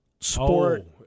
sport